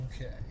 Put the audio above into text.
okay